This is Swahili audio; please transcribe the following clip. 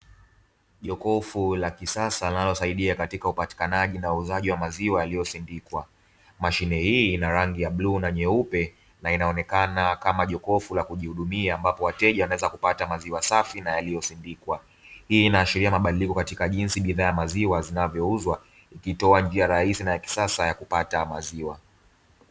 Jokofu la kisasa linalosaidia katika upatikanaji na uuzaji wa maziwa yaliyosindikwa. Mashine hii ina rangi ya bluu na nyeupe na inaonekana kama jokofu la kujihudumia; ambapo wateja wanaweza kupata maziwa safi na yaliyosindikwa. Hii inaashiria mabadiliko katika jinsi bidhaa ya maziwa zinavyouzwa, ikitoa njia rahisi na ya kisasa ya kupata maziwa.